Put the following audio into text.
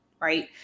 right